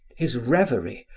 his revery,